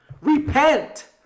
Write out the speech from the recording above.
Repent